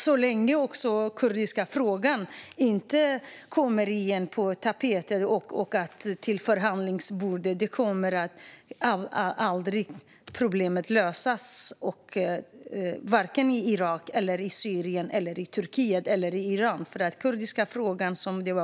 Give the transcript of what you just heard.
Om inte den kurdiska frågan kommer upp på förhandlingsbordet kommer det kurdiska problemet aldrig att lösas, vare sig i Irak, Syrien, Turkiet eller Iran.